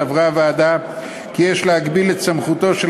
סברה הוועדה כי יש להגביל את סמכותו של